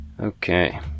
okay